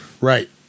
Right